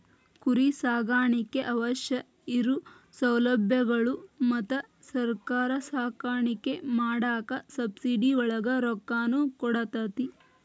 ಕುರಿ ಸಾಕಾಣಿಕೆಗೆ ಅವಶ್ಯ ಇರು ಸೌಲಬ್ಯಗಳು ಮತ್ತ ಸರ್ಕಾರಾ ಸಾಕಾಣಿಕೆ ಮಾಡಾಕ ಸಬ್ಸಿಡಿ ಒಳಗ ರೊಕ್ಕಾನು ಕೊಡತತಿ